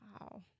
Wow